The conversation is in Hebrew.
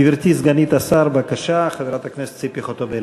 גברתי סגנית השר, חברת הכנסת ציפי חוטובלי,